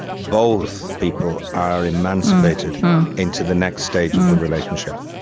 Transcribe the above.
both people are emancipated into the next stage of the relationship.